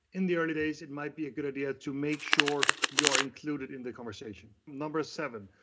in the early days it might be a good idea to make sure you're included in the conversation. number seven,